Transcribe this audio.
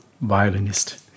violinist